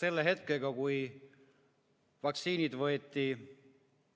sellel hetkel, kui COVID‑i vaktsiinid võeti Eestis